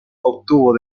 obtuvo